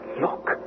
Look